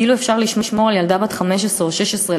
כאילו שאפשר לשמור על ילדה בת 15 או 16,